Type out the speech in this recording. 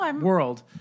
world